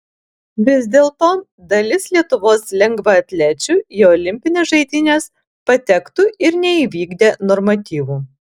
vis dėlto dalis lietuvos lengvaatlečių į olimpines žaidynes patektų ir neįvykdę normatyvų